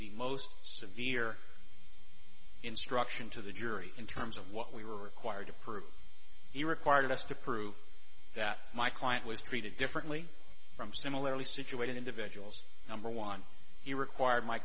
the most severe instruction to the jury in terms of what we were required to prove he required us to prove that my client was treated differently from similarly situated individuals number one he required my